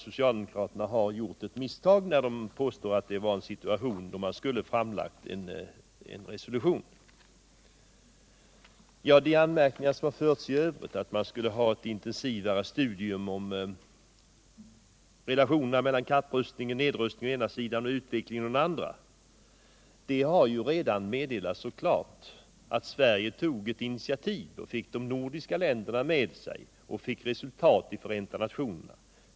Socialdemokraterna har gjort ett misstag när de påstår att det var en situation då Sverige borde ha lagt fram ett sådant förslag. Det har anmärkts att ett mera intensivt studium borde ägnas relationerna mellan kapprustningen och nedrustningen å ena sidan och utvecklingen å den andra. Det har meddelats så klart att Sverige tog ett initiativ i den vägen. Vi fick de nordiska länderna med oss och uppnådde resultat i Förenta nationerna på den punkten.